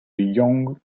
yang